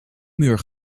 muur